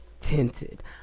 Tinted